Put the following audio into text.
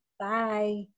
Bye